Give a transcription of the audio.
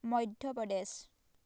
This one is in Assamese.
মধ্য প্ৰদেশ